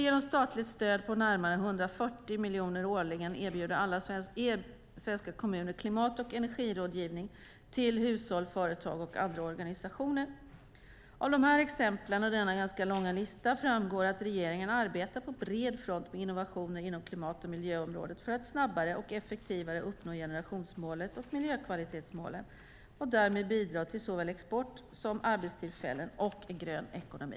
Genom statligt stöd på närmare 140 miljoner årligen erbjuder alla svenska kommuner klimat och energirådgivning till hushåll, företag och andra organisationer. Av dessa exempel, denna ganska långa lista, framgår att regeringen arbetar på bred front med innovationer inom klimat och miljöområdet för att snabbare och effektivare uppnå generationsmålet och miljökvalitetsmålen och därmed bidra till såväl export som arbetstillfällen och en grön ekonomi.